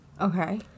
Okay